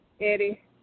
Eddie